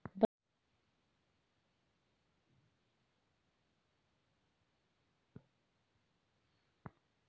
बचत खाता खोलने के लिए कौनसे दस्तावेज़ चाहिए?